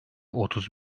otuz